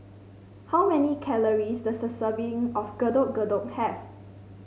how many calories does a serving of Getuk Getuk have